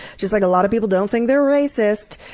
just like a lot of people don't think they're racist.